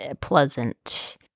pleasant